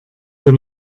wir